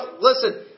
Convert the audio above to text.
listen